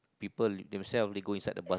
people they will sell they go inside the bus